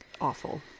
awful